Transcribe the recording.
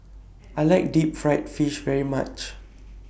I like Deep Fried Fish very much